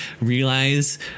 realize